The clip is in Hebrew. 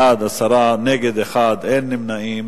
בעד, 10, נגד, 1, אין נמנעים.